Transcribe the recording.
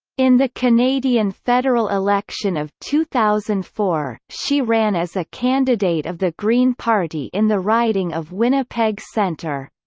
in the canadian federal election of two thousand and four, she ran as a candidate of the green party in the riding of winnipeg centre.